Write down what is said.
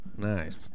Nice